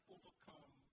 overcome